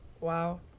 Wow